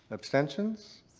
abstentions.